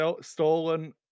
stolen